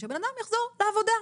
שהאדם יחזור לעבודה.